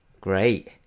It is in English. Great